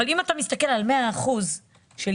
אם אתה מסתכל על 100% היבול,